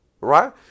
right